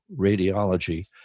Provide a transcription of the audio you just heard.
radiology